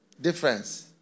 difference